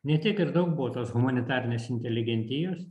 ne tiek ir daug buvo tos humanitarinės inteligentijos